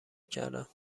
کردم